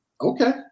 Okay